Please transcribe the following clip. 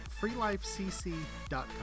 freelifecc.com